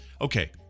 okay